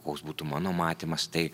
koks būtų mano matymas tai